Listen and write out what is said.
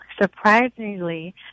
Surprisingly